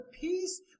peace